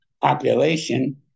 population